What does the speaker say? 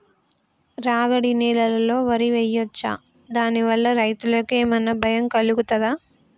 రాగడి నేలలో వరి వేయచ్చా దాని వల్ల రైతులకు ఏమన్నా భయం కలుగుతదా?